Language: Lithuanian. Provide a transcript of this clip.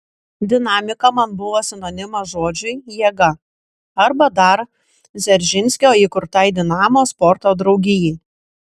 dinamika man buvo sinonimas žodžiui jėga arba dar dzeržinskio įkurtai dinamo sporto draugijai